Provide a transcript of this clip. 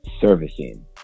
servicing